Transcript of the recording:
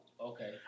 Okay